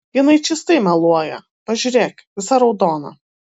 jinai čystai meluoja pažiūrėk visa raudona